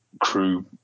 crew